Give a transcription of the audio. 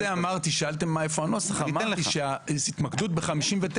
שאלתם איפה הנוסח בסעיף הזה ואמרתי שההתמקדות ב-59